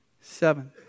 Seven